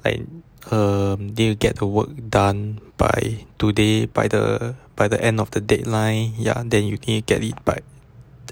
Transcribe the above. like um they will get work done by today by the by the end of the deadline ya then you can leave but